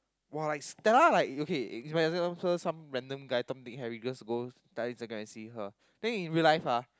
like star like okay for example some random guy Tom Dick Harry just go Thai to see her then in real life